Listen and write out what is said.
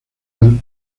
del